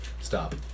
stop